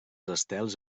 estels